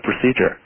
procedure